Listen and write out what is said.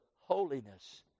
holiness